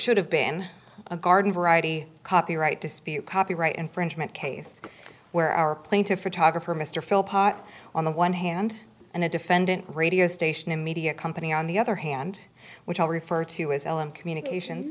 should have been a garden variety copyright dispute copyright infringement case where our plaintiffs photographer mr philip pot on the one hand and the defendant radio station a media company on the other hand which i refer to as l m communication